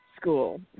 school